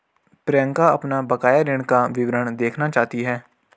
प्रियंका अपना बकाया ऋण का विवरण देखना चाहती है